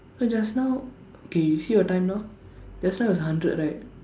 eh just now K you see your time now just now was hundred right